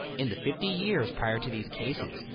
in the fifty years prior to these cases,